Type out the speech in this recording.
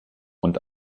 und